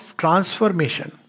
transformation